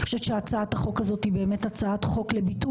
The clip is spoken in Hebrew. אני חושבת שהצעת החוק הזאת היא באמת הצעת חוק לביטול